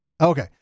Okay